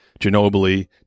Ginobili